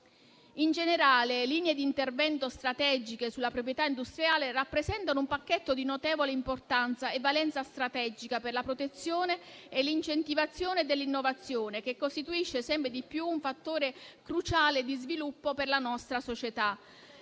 In generale, linee di intervento strategiche sulla proprietà industriale rappresentano un pacchetto di notevole importanza e valenza strategica per la protezione e l'incentivazione dell'innovazione, che costituisce sempre di più un fattore cruciale di sviluppo per la nostra società.